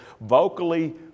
vocally